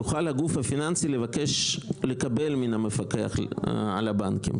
"יוכל הגוף הפיננסי לבקש לקבל מן המפקח על הבנקים",